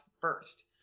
first